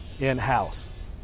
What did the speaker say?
in-house